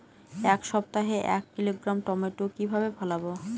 এক সপ্তাহে এক কিলোগ্রাম টমেটো কিভাবে ফলাবো?